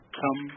come